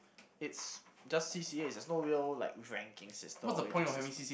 it's just C_C_As there's no real like ranking system or rating system